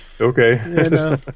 Okay